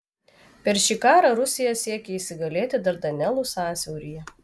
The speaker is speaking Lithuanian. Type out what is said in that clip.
per šį karą rusija siekė įsigalėti dardanelų sąsiauryje